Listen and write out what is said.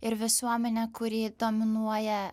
ir visuomenę kuri dominuoja